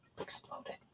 exploded